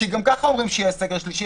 גם ככה אומרים שיהיה סגר שלישי,